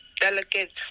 delegates